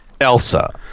Elsa